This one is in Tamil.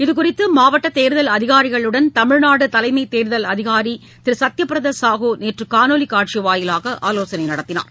இது குறித்து மாவட்ட தேர்தல் அதிகாரிகளுடன் தமிழ்நாடு தலைமைத் தேர்தல் அதிகாரி திரு சத்யபிரதா சாஹு நேற்று காணொலி காட்சி வாயிலாக ஆலோசனை நடத்தினார்